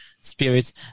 spirits